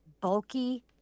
bulky